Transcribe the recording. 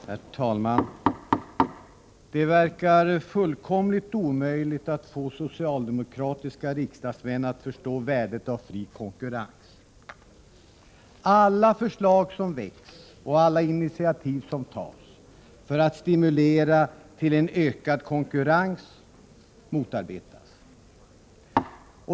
Herr talman! Det verkar fullkomligt omöjligt att få socialdemokratiska riksdagsmän att förstå värdet av fri konkurrens. Alla förslag som väcks och alla initiativ som tas för att stimulera till en ökad konkurrens motarbetas.